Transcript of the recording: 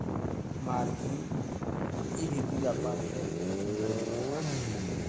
मारकीन ई भी पूजा पाठके अथि लगैए